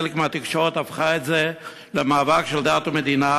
חלק מהתקשורת הפכה את זה למאבק של דת ומדינה,